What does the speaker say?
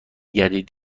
گردید